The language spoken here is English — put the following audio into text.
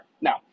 Now